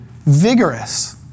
vigorous